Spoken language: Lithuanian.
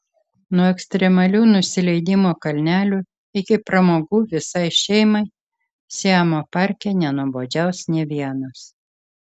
nuo ekstremalių nusileidimo kalnelių iki pramogų visai šeimai siamo parke nenuobodžiaus nė vienas